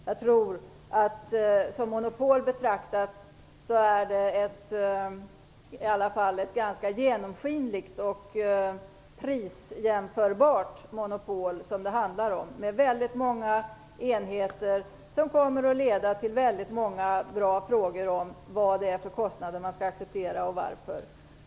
Jag tror att monopolet som sådant kommer att vara ganska genomskinligt och prisjämförbart och att det kommer att innefatta många enheter, vilket kommer att leda till många bra frågor om vilka kostnader som man skall acceptera och varför.